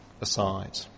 aside